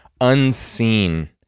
unseen